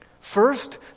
First